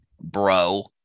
bro